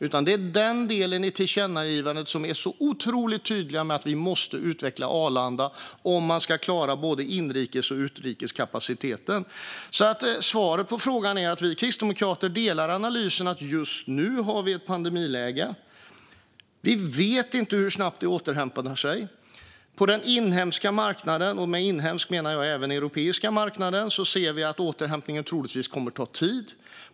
Det gäller den delen i tillkännagivandet där vi är otroligt tydliga med att man måste utveckla Arlanda om man ska klara både inrikes och utrikeskapaciteten. Svaret på frågan är att vi kristdemokrater delar analysen att vi just nu har ett pandemiläge. Vi vet inte hur snabbt det återhämtar sig. På den inhemska marknaden, och med inhemska menar jag även den europeiska marknaden, ser vi att återhämtningen troligtvis kommer att ta tid.